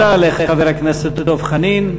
תודה לחבר הכנסת דב חנין.